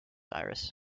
iris